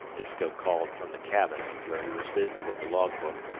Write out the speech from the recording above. disko called from the cabin, where he was busy with the logbook.